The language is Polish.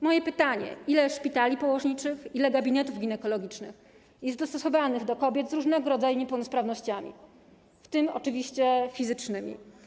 Moje pytanie: Ile szpitali położniczych, ile gabinetów ginekologicznych jest dostosowanych do potrzeb kobiet z różnego rodzaju niepełnosprawnościami, w tym oczywiście fizycznymi?